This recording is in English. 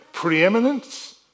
Preeminence